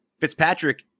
Fitzpatrick